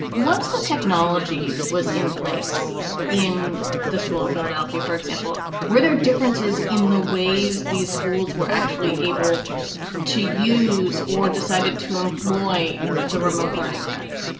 once the technology was in place in the school in philadelphia, for example, were there differences in the ways these schools were actually able to use or decided to employ the remote learning tech?